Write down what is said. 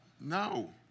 No